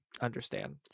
understand